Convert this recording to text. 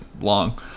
Long